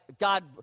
God